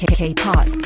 K-pop